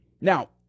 Now